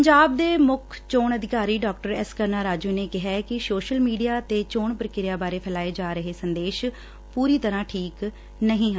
ਪੰਜਾਬ ਦੇ ਮੁੱਖ ਚੋਣ ਅਧਿਕਾਰੀ ਐਸ ਡਾ ਕਰੂਣਾ ਰਾਜੂ ਨੇ ਕਿਹੈ ਕਿ ਸ਼ੋਸਲ ਮੀਡੀਆ ਤੇ ਚੋਣ ਪ੍ੀਕ੍ਆ ਬਾਰੇ ਫਲਾਏ ਜਾ ਰਹੇ ਸੰਦੇਸ਼ ਪੂਰੀ ਤਰ੍ਹਾਂ ਠੀਕ ਨਹੀਂ ਹਨ